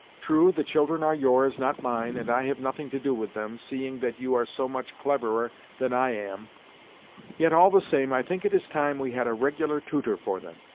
true, the children are yours, not mine, and i have nothing to do with them, seeing that you are so much cleverer than i am yet all the same i think it is time we had a regular tutor for them,